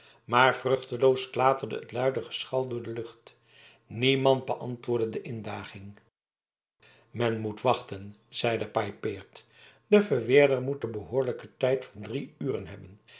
maar vruchteloos klaterde het luide geschal door de lucht niemand beantwoordde de indaging men moet wachten zeide paypaert de verweerder moet den behoorlijken tijd van drie uren hebben